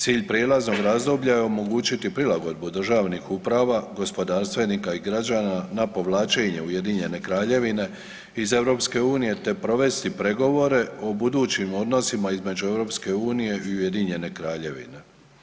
Cilj prijelaznog razdoblja je omogućiti prilagodbu državnih uprava, gospodarstvenika i građana na povlačenje Ujedinjene Kraljevine iz EU, te provesti pregovore o budućim odnosima između EU i Ujedinjene Kraljevine.